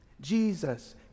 Jesus